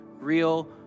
real